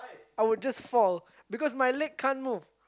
I would just fall because my leg can't move